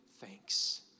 thanks